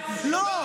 לא,